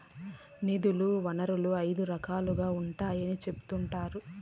నిధుల వనరులు ఐదు రకాలుగా ఉన్నాయని చెబుతున్నారు